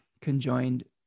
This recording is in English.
conjoined